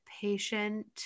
patient